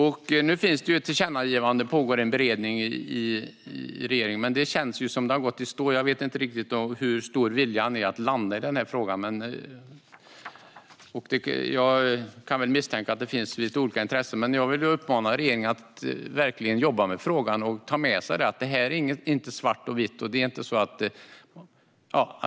Det finns ett tillkännagivande, och beredning pågår inom regeringen, men det känns som att det har gått i stå. Jag vet inte hur stor viljan att landa i denna fråga är, men jag kan misstänka att det finns lite olika intressen. Jag vill uppmana regeringen att verkligen jobba med frågan och ta med sig att detta inte är svart eller vitt.